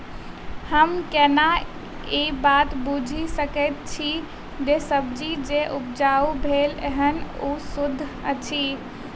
हम केना ए बात बुझी सकैत छी जे सब्जी जे उपजाउ भेल एहन ओ सुद्ध अछि?